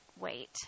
wait